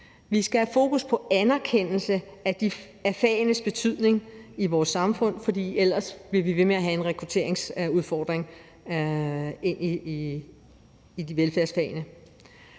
vi skal have fokus på en anerkendelse af fagenes betydning i vores samfund, fordi vi ellers bliver ved med at have en rekrutteringsudfordring i velfærdsfagene.